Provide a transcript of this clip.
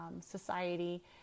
society